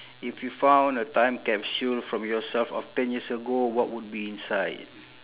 if you found a time capsule from yourself of ten years ago what would be inside